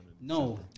No